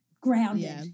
grounded